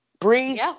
Breeze